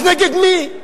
אז נגד מי?